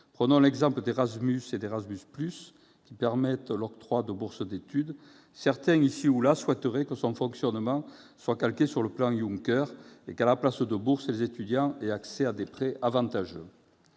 Prenons l'exemple d'Erasmus et Erasmus+, qui permettent l'octroi de bourses d'études : certains ici ou là souhaiteraient que le fonctionnement de ces dispositifs soit calqué sur le plan Juncker et que, à la place de bourses, les étudiants aient accès à des prêts avantageux.